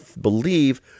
believe